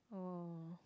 oh